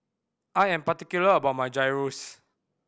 I am particular about my Gyros